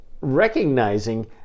recognizing